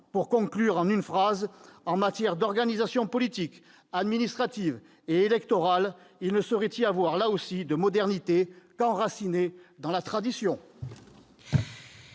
Pour conclure d'une phrase, en matière d'organisation politique, administrative et électorale aussi, il ne saurait y avoir de modernité qu'enracinée dans la tradition